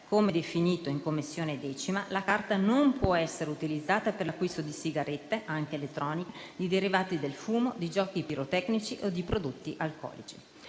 come definito in 10a Commissione, la carta non può essere utilizzata per l'acquisto di sigarette, anche elettroniche, di derivati del fumo, di giochi pirotecnici o di prodotti alcolici.